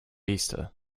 easter